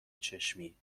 چشمی